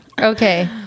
Okay